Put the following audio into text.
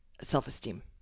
self-esteem